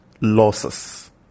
losses